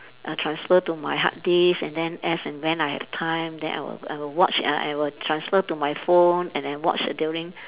uh transfer to my hard disk and then as and when I had time then I will I will watch uh I will transfer to my phone and then watch it during